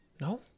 no